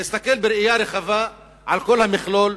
להסתכל בראייה רחבה על כל המכלול